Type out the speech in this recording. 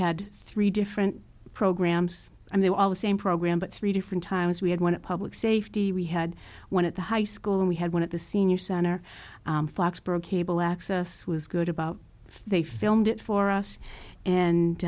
had three different programs and they were all the same program but three different times we had went to public safety we had one at the high school and we had one at the senior center foxborough cable access was good about it they filmed it for us and